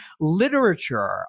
literature